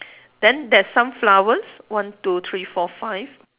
then there's some flowers one two three four five